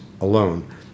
alone